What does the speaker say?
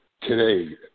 today